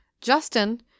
Justin